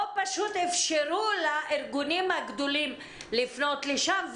או שפשוט אפשרו לארגונים הגדולים לפנות לשם,